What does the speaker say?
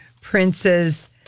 Prince's